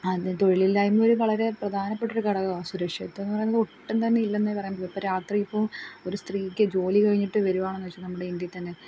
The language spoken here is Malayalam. ആദ്യം തൊഴിലില്ലായ്മ ഒരു വളരെ പ്രധാനപ്പെട്ട ഒരു ഘടകം ആണ് സുരക്ഷിതത്വം എന്ന് പറയുന്നത് ഒട്ടും തന്നെ ഇല്ലെന്നേ പറയാൻ പറ്റുള്ളൂ ഇപ്പോൾ രാത്രി ഇപ്പോൾ ഒരു സ്ത്രീക്ക് ജോലി കഴിഞ്ഞിട്ട് വരുവാണെന്ന് വെച്ചോ നമ്മുടെ ഇന്ത്യയിൽ തന്നെ